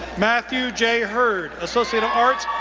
matthew j. hurd, associate of arts,